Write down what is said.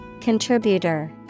Contributor